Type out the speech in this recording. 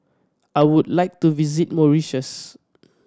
I would like to visit Mauritius